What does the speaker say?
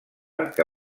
que